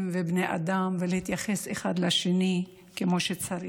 ובני אדם ולהתייחס אחד לשני כמו שצריך.